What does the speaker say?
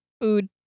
food